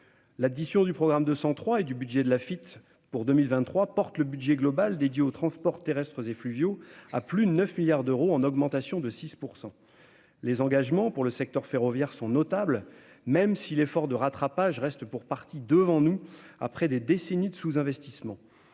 de transport (Afit France) pour 2023 porte le budget global dédié aux transports terrestres et fluviaux à plus de 9,3 milliards d'euros, en augmentation de 6 %. Les engagements pour le secteur ferroviaire sont notables, même si l'effort de rattrapage reste pour partie devant nous après des décennies de sous-investissement.